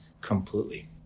completely